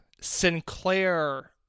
Sinclair